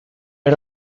era